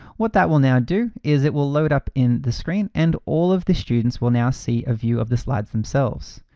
what that will now do is it will load up in the screen and all of the students will now see a view of the slides themselves.